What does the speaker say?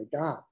god